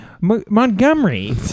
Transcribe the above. montgomery